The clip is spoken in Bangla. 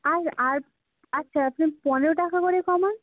আর আচ্ছা আপনি পনেরো টাকা করে কমান